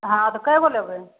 हँ तऽ कै गो लेबै